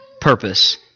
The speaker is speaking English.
purpose